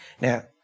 Now